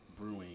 Brewing